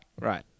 Right